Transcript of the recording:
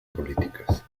políticas